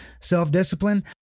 self-discipline